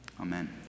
Amen